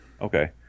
Okay